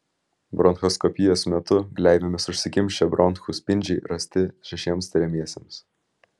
bronchoskopijos metu gleivėmis užsikimšę bronchų spindžiai rasti šešiems tiriamiesiems